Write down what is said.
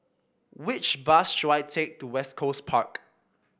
which bus should I take to West Coast Park